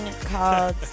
called